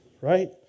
Right